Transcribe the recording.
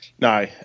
No